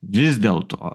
vis dėlto